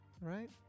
right